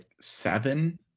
seven